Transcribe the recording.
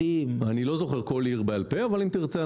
אני לא זוכר כל עיר בעל פה אבל אם תרצה,